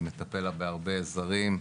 אני מטפל בהרבה זרים,